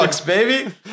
baby